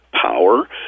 power